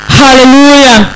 hallelujah